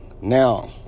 Now